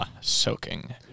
soaking